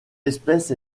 espèce